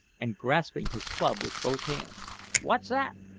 and grasping his club with both hands what's that?